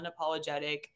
unapologetic